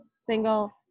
single